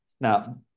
now